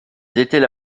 étaient